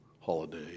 holiday